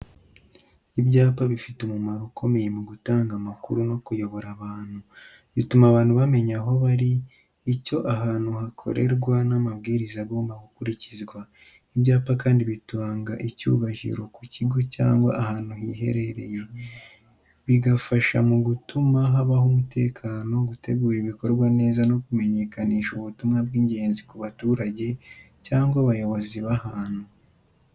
Ibyapa bifite umumaro ukomeye mu gutanga amakuru no kuyobora abantu. Bituma abantu bamenya aho bari, icyo ahantu hakorerwa n’amabwiriza agomba gukurikizwa. Ibyapa kandi bitanga icyubahiro ku kigo cyangwa ahantu hihariye, bigafasha mu gutuma habaho umutekano, gutegura ibikorwa neza no kumenyekanisha ubutumwa bw’ingenzi ku baturage cyangwa abayobozi b’ahantu.